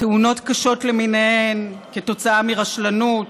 תאונות קשות למיניהן כתוצאה מרשלנות,